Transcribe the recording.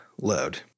load